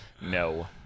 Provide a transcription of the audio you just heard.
No